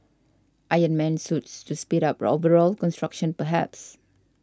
Iron Man Suits to speed up overall construction perhaps